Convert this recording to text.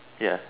ya